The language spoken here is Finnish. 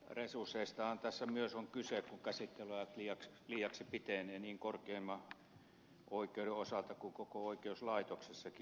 resursseistahan tässä myös on kyse kun käsittelyajat liiaksi pitenevät niin korkeimman oikeuden osalta kuin koko oikeuslaitoksessakin